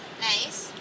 nice